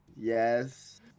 Yes